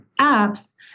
apps